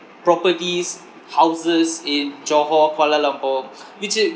properties houses in johor kuala lumpur which it